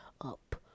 up